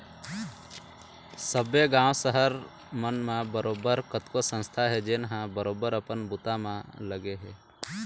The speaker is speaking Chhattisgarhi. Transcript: सब्बे गाँव, सहर मन म बरोबर कतको संस्था हे जेनहा बरोबर अपन बूता म लगे हे